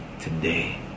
today